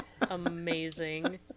Amazing